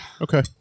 Okay